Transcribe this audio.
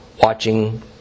watching